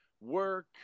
Work